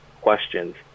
questions